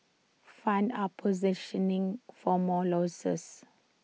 funds are positioning for more losses